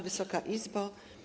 Wysoka Izbo!